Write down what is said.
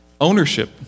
Ownership